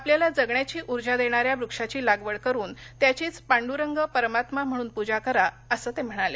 आपल्याला जगण्याची ऊर्जा देणाऱ्या वृक्षाची लागवड करुन त्याचीच पांडुरंग परमात्मा म्हणून पूजा करा असं ते म्हणाले